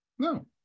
No